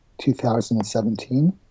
2017